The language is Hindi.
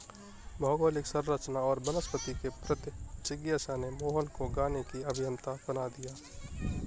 भौगोलिक संरचना और वनस्पति के प्रति जिज्ञासा ने मोहन को गाने की अभियंता बना दिया